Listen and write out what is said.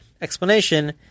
explanation